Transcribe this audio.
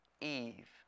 Eve